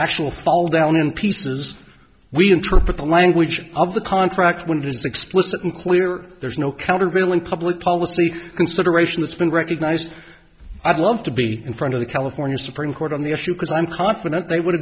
actual fall down in pieces we interpret the language of the contract when it is explicitly clear there's no countervailing public policy consideration that's been recognized i'd love to be in front of the california supreme court on the issue because i'm confident they would